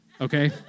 okay